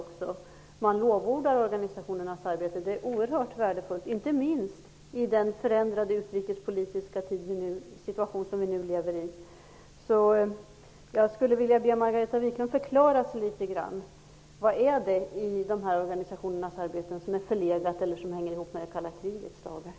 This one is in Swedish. Där lovordas organisationernas arbete som oerhört värdefullt, inte minst i den förändrade utrikespolitiska situation som vi nu lever i. Jag skulle därför vilja be Margareta Viklund förklara sig litet grand: Vad är det i de här organisationernas arbete som är förlegat eller som hänger ihop med det kalla krigets dagar?